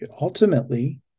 ultimately